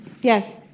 Yes